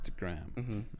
Instagram